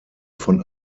von